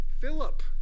Philip